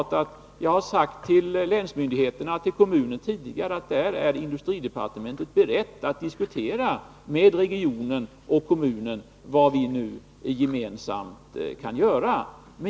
Jag har sagt till länsmyndigheterna och kommunen tidigare att vi i industridepartementet är beredda att diskutera med kommunen vad vi gemensamt kan göra.